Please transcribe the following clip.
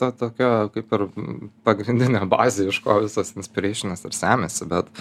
ta tokia kaip ir pagrindinė bazė iš ko visas inspireišionas ir semiasi bet